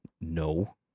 No